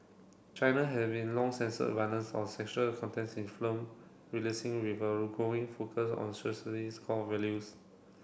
China has been long censored violence or sexual contents in film releasing with a growing focus on socialist core values